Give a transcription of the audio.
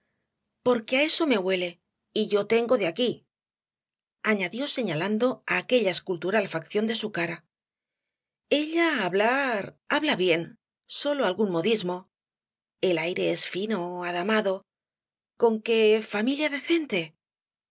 porque á eso me huele y yo tengo de aquí añadió señalando á aquella escultural facción de su cara ella hablar habla bien sólo algún modismo el aire es fino adamado conque familia decente